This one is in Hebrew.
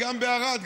גם בערד,